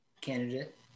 candidate